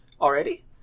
already